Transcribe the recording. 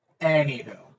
Anywho